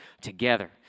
together